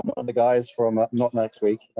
one of the guys from, not next week,